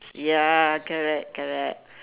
ya correct correct